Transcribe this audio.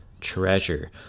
treasure